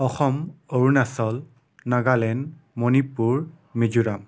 Assam Arunachal Nagaland Manipur Mizoram